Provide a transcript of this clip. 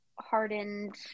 hardened